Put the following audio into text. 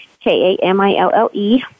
K-A-M-I-L-L-E